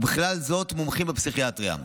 ובכלל זה מומחים בפסיכיאטריה.